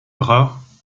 bras